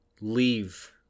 leave